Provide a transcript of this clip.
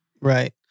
Right